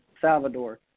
Salvador